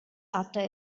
after